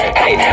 hey